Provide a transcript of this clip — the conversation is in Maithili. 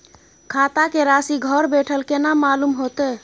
खाता के राशि घर बेठल केना मालूम होते?